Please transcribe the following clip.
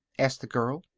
asked the girl.